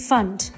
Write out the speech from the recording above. Fund